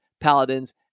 Paladins